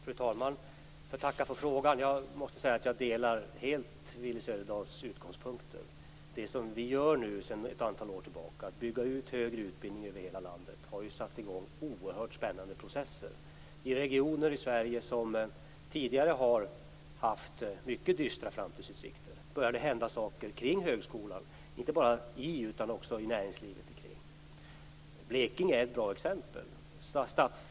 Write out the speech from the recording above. Fru talman! Jag tackar för frågan. Jag måste säga att jag helt delar Willy Söderdahls utgångspunkter. Det som vi sedan ett antal år tillbaka gör, nämligen att bygga ut högre utbildning över hela landet, har satt i gång oerhört spännande processer. I regioner i Sverige som tidigare har haft mycket dystra framtidsutsikter börjar det hända saker kring högskolan, inte bara i högskolan utan också i näringslivet kring högskolan. Blekinge är ett bra exempel.